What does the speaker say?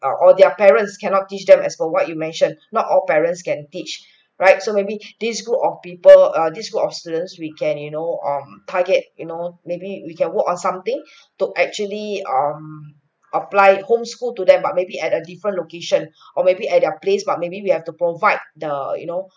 or or their parents cannot teach them as for what you mention not all parents can teach right so maybe this group of people err this group of students we can you know um target you know maybe we can work on something to actually um apply homeschooled to them but maybe at a different location or maybe at their place but maybe we have to provide the you know